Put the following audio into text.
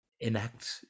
enact